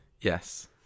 Yes